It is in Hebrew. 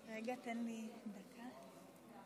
חבר הכנסת אופיר כץ וחברת הכנסת עאידה תומא